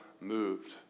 moved